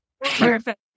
Perfect